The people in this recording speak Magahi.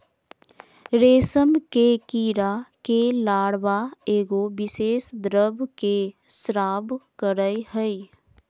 रेशम के कीड़ा के लार्वा एगो विशेष द्रव के स्त्राव करय हइ